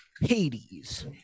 Hades